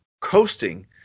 coasting